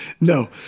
No